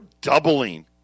doubling